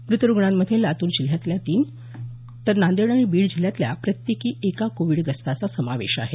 मृत रुग्णांमध्ये लातूर जिल्ह्यातल्या तीन तर नांदेड तसंच बीड जिल्ह्यातल्या प्रत्येकी एका कोविडग्रस्ताचा समावेश आहे